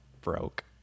broke